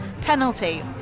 penalty